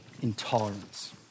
intolerance